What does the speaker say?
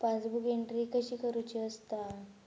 Passbook entry कशी करुची असता?